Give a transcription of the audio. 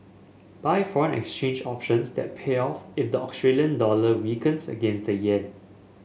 buy foreign exchange options that pay off if the Australian dollar weakens against the yen